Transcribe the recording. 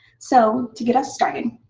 so to get us started,